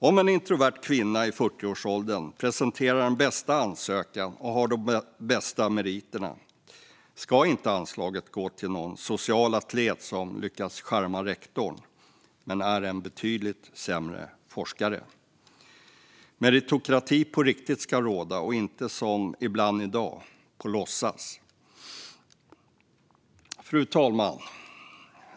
Om en introvert kvinna i 40-årsåldern presenterar den bästa ansökan och har de bästa meriterna ska anslaget inte gå till någon social atlet som har lyckats charma rektorn men är en betydligt sämre forskare. Meritokrati ska råda på riktigt och inte, som det ibland är i dag, på låtsas. Fru talman!